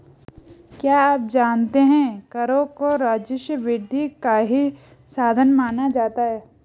क्या आप जानते है करों को राजस्व वृद्धि का ही साधन माना जाता है?